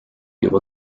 juba